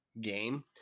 game